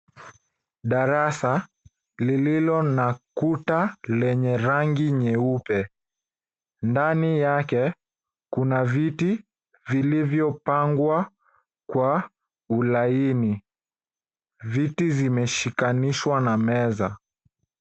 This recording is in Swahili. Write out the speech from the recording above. Darasa lililo la Kuta lenye rangi nyeupe. Ndani yake Kuna viti ,vilivyopangwa kwa ulaini. Viti zimeshikanishwa na meza.